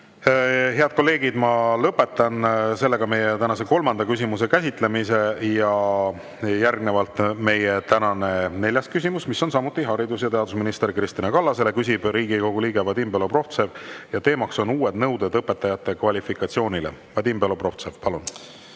Head kolleegid, ma lõpetan meie tänase kolmanda küsimuse käsitlemise. Järgnevalt meie tänane neljas küsimus, mis on samuti haridus- ja teadusminister Kristina Kallasele. Küsib Riigikogu liige Vadim Belobrovtsev ja teema on uued nõuded õpetajate kvalifikatsioonile. Vadim Belobrovtsev, palun!